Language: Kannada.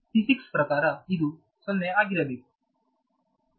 ಫಿಸಿಕ್ಸ್ ಪ್ರಕಾರ ಇದು 0 ಆಗಿರಬೇಕು